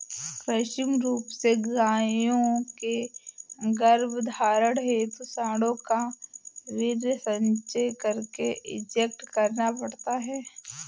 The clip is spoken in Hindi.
कृत्रिम रूप से गायों के गर्भधारण हेतु साँडों का वीर्य संचय करके इंजेक्ट करना पड़ता है